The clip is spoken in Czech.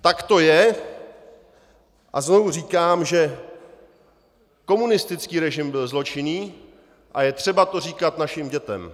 Tak to je a znovu říkám, že komunistický režim byl zločinný a je třeba to říkat našim dětem.